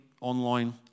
online